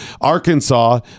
Arkansas